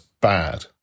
bad